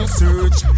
search